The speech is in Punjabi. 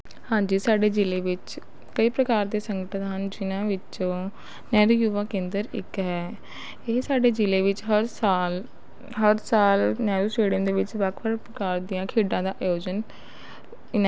ਹਾਂਜੀ ਸਾਡੇ ਜ਼ਿਲ੍ਹੇ ਵਿੱਚ ਕਈ ਪ੍ਰਕਾਰ ਦੇ ਸੰਗਠਨ ਹਨ ਜਿਨ੍ਹਾਂ ਵਿੱਚ ਨਹਿਰੂ ਯੁਵਾ ਕੇਂਦਰ ਇੱਕ ਹੈ ਇਹ ਸਾਡੇ ਜ਼ਿਲ੍ਹੇ ਵਿੱਚ ਹਰ ਸਾਲ ਹਰ ਸਾਲ ਨਹਿਰੂ ਸਟੇਡੀਅਮ ਦੇ ਵਿੱਚ ਵੱਖ ਵੱਖ ਪ੍ਰਕਾਰ ਦੀਆਂ ਖੇਡਾਂ ਦਾ ਆਯੋਜਨ